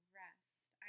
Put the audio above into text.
rest